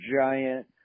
giant